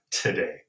today